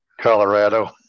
Colorado